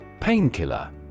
Painkiller